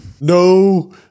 no